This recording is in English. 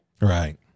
Right